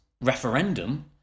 referendum